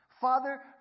Father